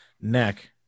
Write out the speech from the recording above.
neck